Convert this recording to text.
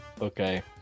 Okay